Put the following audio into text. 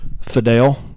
Fidel